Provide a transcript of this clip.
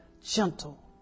gentle